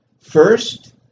First